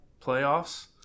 playoffs